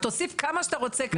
בשביל מה להכניס?